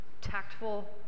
tactful